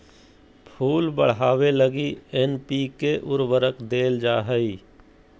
फूल बढ़ावे लगी एन.पी.के उर्वरक देल जा हइ